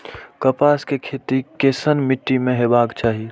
कपास के खेती केसन मीट्टी में हेबाक चाही?